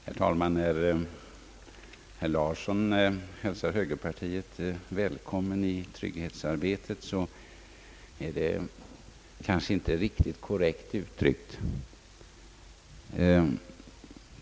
Herr talman! När herr Lars Larsson hälsar högerpartiet välkommet i trygghetsarbetet, är det kanske inte riktigt korrekt utiryckt.